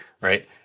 right